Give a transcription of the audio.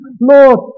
Lord